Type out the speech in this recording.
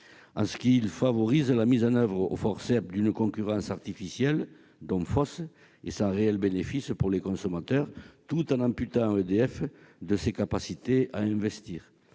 en ce qu'il favorise la mise en oeuvre aux forceps d'une concurrence artificielle, sans réel bénéfice pour les consommateurs, tout en amputant les capacités d'investissement